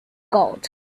gold